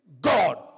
God